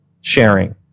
sharing